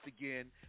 again